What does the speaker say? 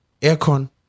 aircon